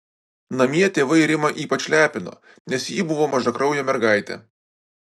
namie tėvai rimą ypač lepino nes ji buvo mažakraujė mergaitė